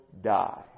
die